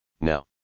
now